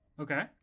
Okay